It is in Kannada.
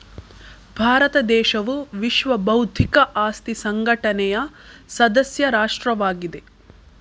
ಭಾರತ ದೇಶವು ವಿಶ್ವ ಬೌದ್ಧಿಕ ಆಸ್ತಿ ಸಂಘಟನೆಯ ಸದಸ್ಯ ರಾಷ್ಟ್ರವಾಗಿದೆ